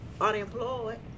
Unemployed